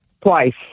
twice